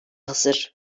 hazır